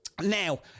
now